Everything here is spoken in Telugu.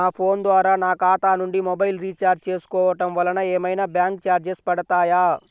నా ఫోన్ ద్వారా నా ఖాతా నుండి మొబైల్ రీఛార్జ్ చేసుకోవటం వలన ఏమైనా బ్యాంకు చార్జెస్ పడతాయా?